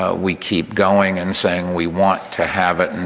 ah we keep going and saying we want to have it. and